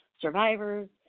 survivors